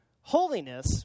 Holiness